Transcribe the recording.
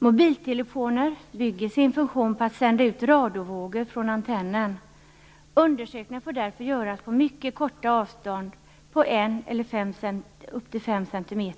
fråga om biltelefoner bygger funktionen på att radiovågor sänds ut från antennen. Undersökningar får därför göras på mycket korta avstånd, 1-5 cm.